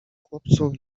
chłopcu